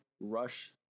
rush